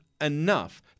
enough